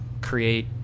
create